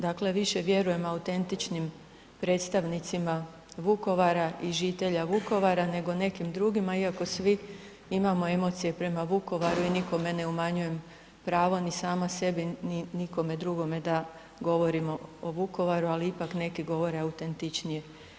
Dakle, više vjerujem autentičnim predstavnicima Vukovara i žitelja Vukovara, nego nekim drugima, iako svi imamo emocije prema Vukovaru i nikome ne umanjujem pravo, ni sama sebi ni nikome drugome da govorimo o Vukovaru, ali ipak, nego govore autentičnije.